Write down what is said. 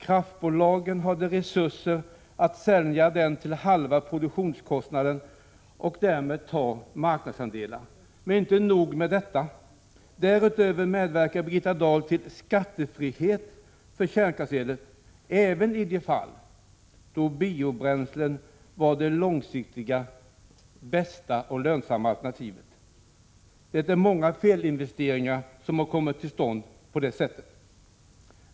Kraftbolagen hade resurser att sälja den till halva produktionskostnaden och därmed ta marknadsandelar. Men inte nog med detta. Därutöver medverkade Birgitta Dahl till skattefrihet för kärnkraftselen även i de fall då biobränslen var det långsiktigt bästa och lönsammaste alternativet. Det är många felinvesteringar som har kommit till stånd på det sättet.